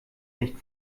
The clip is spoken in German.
nicht